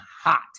hot